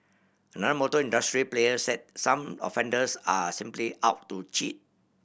another motor industry player said some offenders are simply out to cheat